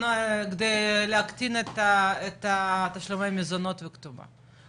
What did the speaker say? כדי להקטין את תשלומי המזונות וכתובה.